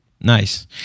Nice